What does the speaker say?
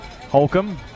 Holcomb